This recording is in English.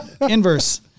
Inverse